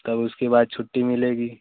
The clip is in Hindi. तब उसके बाद छुट्टी मिलेगी